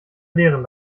lehren